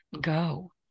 go